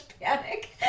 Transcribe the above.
panic